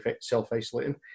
self-isolating